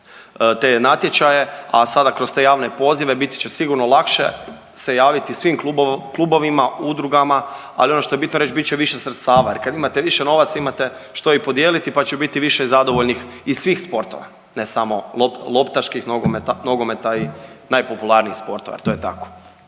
te natječaje, a sada kroz te javne pozive bit će sigurno lakše se javiti svim klubovima i udrugama, ali ono što je bitno reć, bit će više sredstava jer kad imate više novaca imate što i podijeliti, pa će biti više zadovoljnih iz svih sportova, ne samo loptaških, nogometa, nogometa i najpopularnijih sportova jer to je tako.